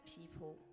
people